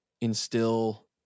instill